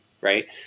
right